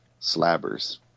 Slabbers